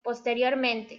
posteriormente